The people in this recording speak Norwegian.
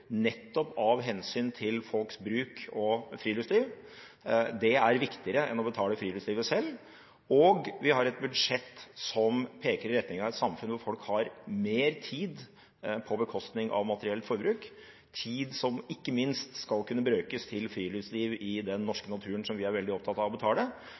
nettopp av hensyn til folks bruk og friluftsliv – det er viktigere enn å betale friluftslivet selv. Vi har et budsjett som peker i retning av et samfunn hvor folk har mer tid, på bekostning av materielt forbruk, tid som ikke minst skal kunne brukes til friluftsliv i den norske naturen, som vi er veldig opptatt av å betale.